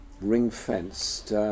ring-fenced